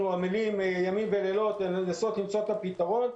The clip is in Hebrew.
עמלים ימים ולילות כדי לנסות למצוא את הפתרון.